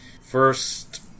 first